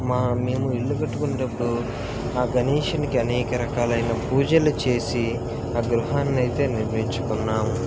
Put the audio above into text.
మా మేము ఇల్లు కట్టుకున్నప్పడు ఆ గణేషునికి అనేక రకాలైన పూజలు చేసి మా గృహాన్ని అయితే నిర్మించుకున్నాము